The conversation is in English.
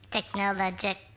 Technologic